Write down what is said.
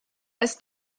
ist